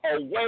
away